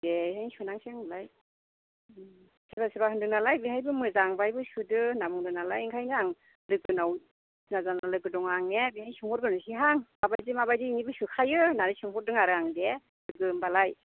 ए सोनायसै होनबालाय सोरबा सोरबा होन्दों नालाय बेहायबो मोजां बेहायबो सोदो होननानै बुंदों नालाय ओंखायनो आं लोगोनाव सिना जाना लोगो दङ आंनि बेहाय सोंहरग्रोसैहां माबायदि माबायदि बिनिबो सोखायो होनानै सोंहरदों आरो आं दे लोगो होमबालाय